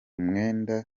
mwenda